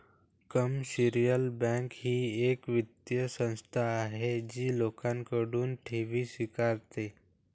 commercial bank ही एक वित्तीय संस्था आहे जी लोकांकडून ठेवी स्वीकारते